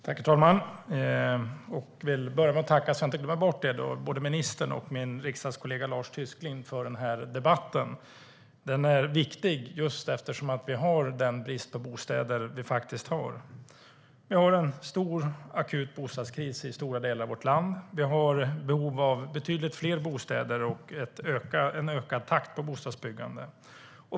Herr talman! Jag vill börja med att tacka både ministern och min riksdagskollega Lars Tysklind för den här debatten. Den är viktig just eftersom vi har den brist på bostäder vi faktiskt har. Vi har en stor och akut bostadskris i stora delar av vårt land. Vi har behov av betydligt fler bostäder och en ökad takt på bostadsbyggandet.